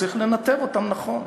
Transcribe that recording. צריך לנתב אותם נכון.